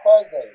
Thursday